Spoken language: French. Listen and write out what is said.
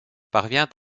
parvient